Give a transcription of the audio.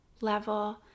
level